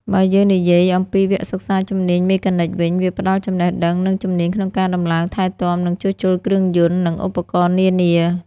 បើយើងនិយាយអំពីវគ្គសិក្សាជំនាញមេកានិកវិញ វាផ្តល់ចំណេះដឹង និងជំនាញក្នុងការដំឡើង ថែទាំ និងជួសជុលគ្រឿងយន្ត និងឧបករណ៍នានា។